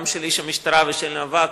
גם של איש המשטרה וגם של הווקף,